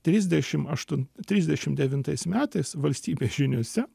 trisdešimt aštun trisdešimt devintais metais valstybės žiniose